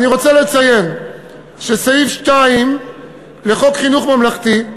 אני רוצה לציין שסעיף 2 לחוק חינוך ממלכתי,